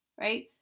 Right